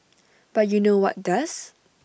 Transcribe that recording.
but you know what does